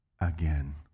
again